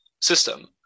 system